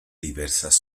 diversas